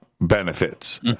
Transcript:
benefits